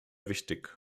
wichtig